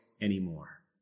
anymore